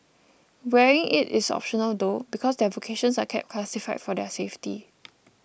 wearing it is optional though because their vocations are kept classified for their safety